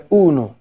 uno